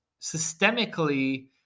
systemically